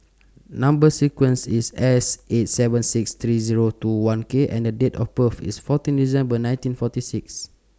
Number sequence IS S eight seven six three Zero two one K and Date of birth IS fourteen December nineteen forty six